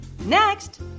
Next